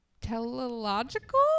teleological